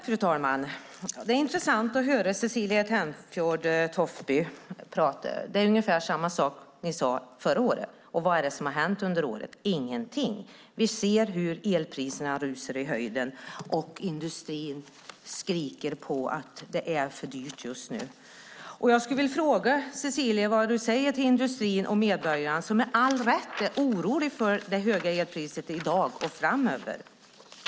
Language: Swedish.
Fru talman! Det är intressant att höra Cecilie Tenfjord-Toftby tala. Det är ungefär samma sak som ni sade förra året. Vad är det som har hänt under året? Ingenting. Vi ser hur elpriserna rusar i höjden och industrin skriker att det är för dyrt just nu. Jag skulle vilja fråga Cecilie vad hon säger till industrin som med all rätt är orolig för det höga elpriset i dag och framöver.